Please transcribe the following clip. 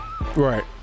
Right